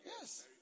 Yes